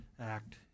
Act